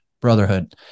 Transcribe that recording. brotherhood